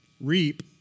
reap